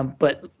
um but